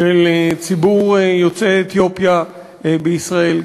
של ציבור יוצאי אתיופיה בישראל,